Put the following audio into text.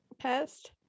test